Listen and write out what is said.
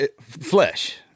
flesh